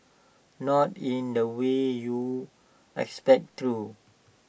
not in the way you'd expect though